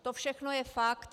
To všechno je fakt.